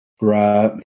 right